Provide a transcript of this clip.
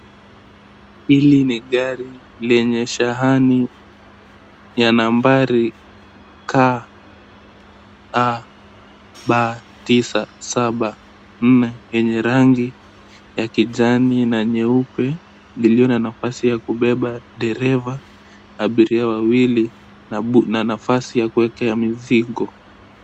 Hili ni gari lenye sahani ya nambari KAB 974 lenye rangi ya kijani na nyeupe iliyo na nafasi ya kubeba dereva, abiria wawili na nafasi ya kuweka mizigo.